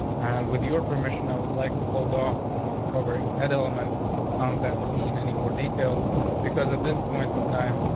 and with your permission, i would like to hold off on um covering head element content in any more detail because at this point in time,